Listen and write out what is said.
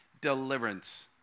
deliverance